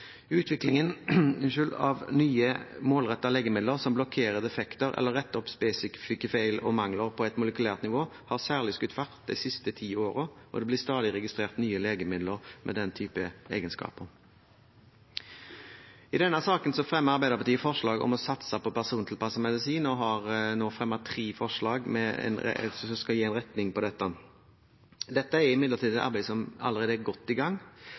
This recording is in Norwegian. Utviklingen av nye, målrettede legemidler som blokkerer effekter eller retter opp spesifikke feil og mangler på et molekylært nivå, har særlig skutt fart de siste ti årene, og det blir stadig registrert nye legemidler med den type egenskaper. I denne saken fremmer Arbeiderpartiet forslag om å satse på persontilpasset medisin og har nå fremmet tre forslag som skal gi en retning på dette. Dette er imidlertid et arbeid som allerede er godt i gang.